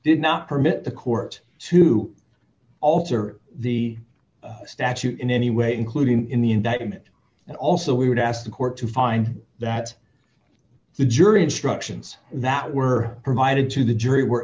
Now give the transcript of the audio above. did not permit the court to alter the statute in any way including in the indictment and also we would ask the court to find that the jury instructions that were provided to the jury were